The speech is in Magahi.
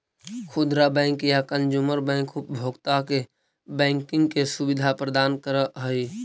खुदरा बैंक या कंजूमर बैंक उपभोक्ता के बैंकिंग के सुविधा प्रदान करऽ हइ